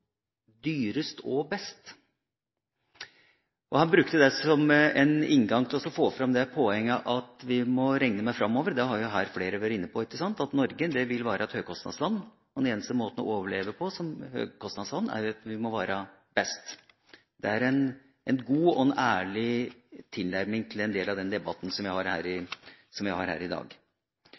«dyrest og best». Han brukte det som en inngang til å få fram det poenget at vi framover må regne med – det har flere vært inne på – at Norge vil være et høykostland, og den eneste måten å overleve som høykostland på er å være best. Det er en god og ærlig tilnærming til den debatten vi har her i dag.